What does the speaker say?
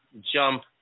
jump